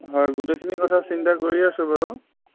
হয় গোটেইখিনি কথা চিন্তা কৰি আছোঁ বাৰু